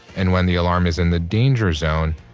and when the alarm is in the danger zone,